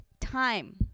time